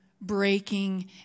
breaking